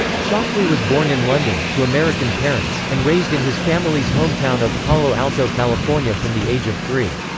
shockley was born in london, to american parents, and raised in his family's hometown of palo alto, california from the age of three.